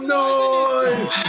noise